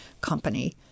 company